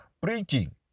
preaching